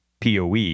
PoE